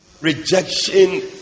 Rejection